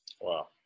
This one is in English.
Wow